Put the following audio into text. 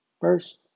First